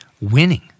winning